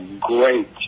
great